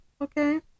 Okay